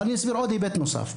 אבל אני אסביר היבט נוסף.